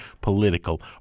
political